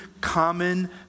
common